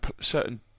certain